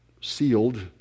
sealed